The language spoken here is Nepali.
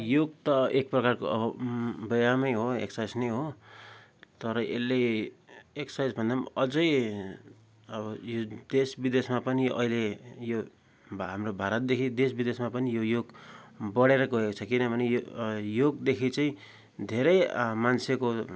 योग त एक प्रकारको अब व्यायामै हो एक्सर्साइस नै हो तर यसले एक्सर्साइसभन्दा पनि अझै अब यो देश विदेशमा पनि अहिले यो भा हाम्रो भारतदेखि देश विदेशमा पनि यो योग बढेर गएको छ किनभने यो योगदेखि चाहिँ धेरै मान्छेको